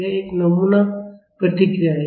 यह एक नमूना प्रतिक्रिया है